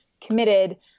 committed